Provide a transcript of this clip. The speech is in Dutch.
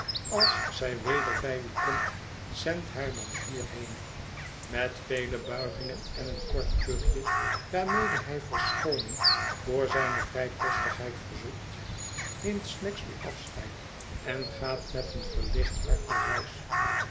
als zij weder bij u komt zend haar dan hierheen met vele buigingen en een kort kuchje waarmede hij verschooning voor zijne vrijpostigheid verzoekt neemt snagsby afscheid en gaat met een verlicht hart naar huis